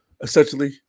Essentially